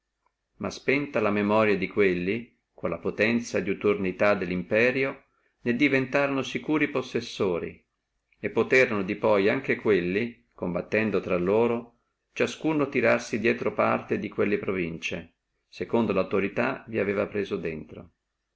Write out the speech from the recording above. ma spenta la memoria di quelli con la potenzia e diuturnità dello imperio ne diventorono securi possessori e posserno anche quelli combattendo di poi infra loro ciascuno tirarsi drieto parte di quelle provincie secondo l autorità li aveva presa drento